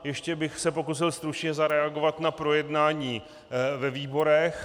Ještě bych se pokusil stručně zareagovat na projednání ve výborech.